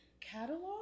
catalog